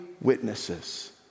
witnesses